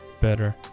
better